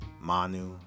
manu